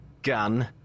gun